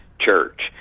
church